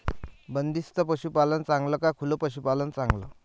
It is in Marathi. बंदिस्त पशूपालन चांगलं का खुलं पशूपालन चांगलं?